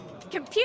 Computer